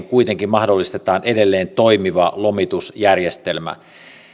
kuitenkin mahdollistetaan edelleen toimiva lomitusjärjestelmä